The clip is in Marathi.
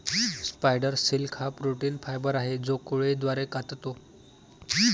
स्पायडर सिल्क हा प्रोटीन फायबर आहे जो कोळी द्वारे काततो